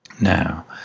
Now